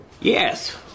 Yes